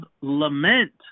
lament